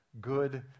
good